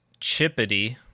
Chippity